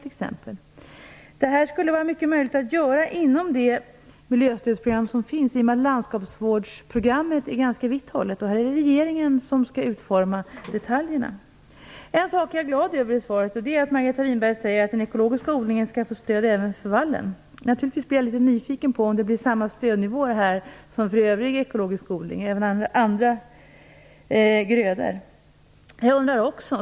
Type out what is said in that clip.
Det är mycket möjligt att det går att göra detta inom det miljöstödsprogram som finns i och med att landskapsvårdsprogrammet är ganska vitt hållet. Här är det regeringen som skall utforma detaljerna. En sak är jag dock glad över när det gäller svaret, och det är att Margareta Winberg säger att den ekologiska odlingen skall få stöd även för vallen. Naturligtvis är jag då litet nyfiken på om det blir samma stödnivåer här som för övrig ekologisk odling och även andra grödor.